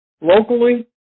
locally